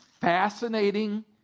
fascinating